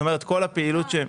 זאת אומרת, כל הפעילות שהם